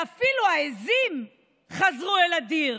ואפילו העיזים חזרו אל הדיר.